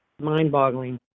mind-boggling